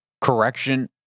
correction